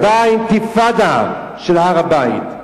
ובאה האינתיפאדה של הר-הבית,